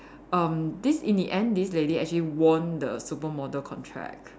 um this in the end this lady actually won the supermodel contract